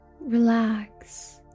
relax